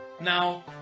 Now